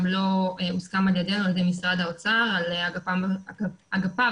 לא הוסכם על ידי משרד האוצר על אגפיו השונים.